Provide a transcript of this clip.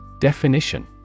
Definition